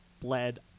bled